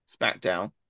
SmackDown